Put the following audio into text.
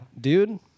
dude